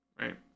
right